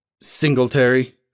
Singletary